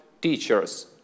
teachers